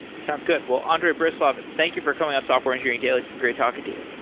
sounds good. well, andrey breslav, thank you for coming on software engineering daily. it's been great talking to you.